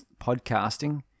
podcasting